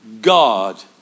God